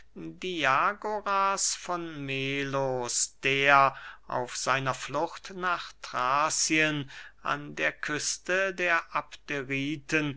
diagoras von melos der auf seiner flucht nach thrazien an der küste der